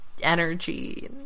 energy